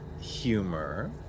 humor